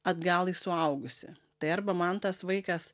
atgal į suaugusį tai arba man tas vaikas